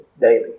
daily